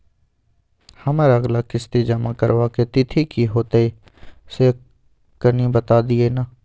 हमर अगला किस्ती जमा करबा के तिथि की होतै से कनी बता दिय न?